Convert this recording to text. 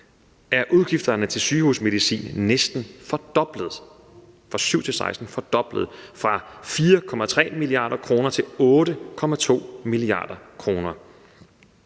er udgifterne til sygehusmedicin alene fra 2007 til 2016 næsten fordoblet fra 4,3 mia. kr. til 8,2 mia. kr.